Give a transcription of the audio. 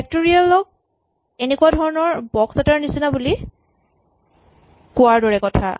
factorial ক এনেকুৱা ধৰণৰ বক্স এটাৰ নিচিনা বুলি কোৱাৰ দৰে কথা